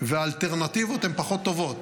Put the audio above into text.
והאלטרנטיבות הן פחות טובות.